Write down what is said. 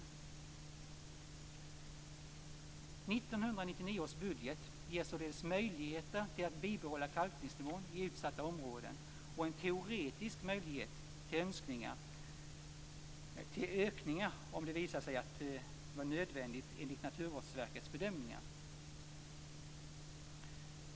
1999 års budget ger således möjlighet till bibehållen kalkningsnivå i utsatta områden och en teoretisk möjlighet till ökningar om det visar sig nödvändigt enligt Naturvårdsverkets bedömningar.